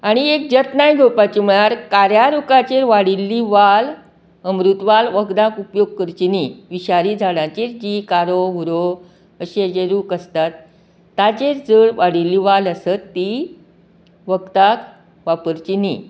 आनी एक जतनाय घेवपाची म्हाळ्यार कार्यारूखाचेर वाडिल्ली वाल अमृतवाल वखदाक उपयोग करची न्ही विशारी झाडांचेर जी कारो उरो अशीं हेचें रूख आसतात ताजेर जर वाडिल्ली वाल आसत ती वखदाक वापरची न्ही